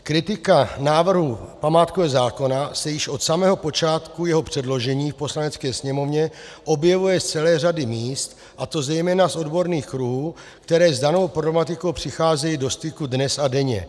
Kritika návrhu památkového zákona se již od samého počátku jeho předložení v Poslanecké sněmovně objevuje z celé řady míst, a to zejména z odborných kruhů, které s danou problematikou přicházejí do styku dnes a denně.